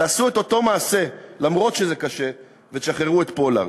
תעשו את אותו מעשה אף שזה קשה, ותשחררו את פולארד.